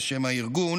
זה שם הארגון,